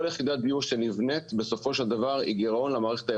אבל כל יחידת דיור שנבנית בסופו של דבר היא גירעון למערכת העירונית.